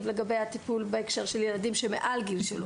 לגבי הטיפול בהקשר של ילדים מעל גיל שלוש.